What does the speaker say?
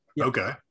Okay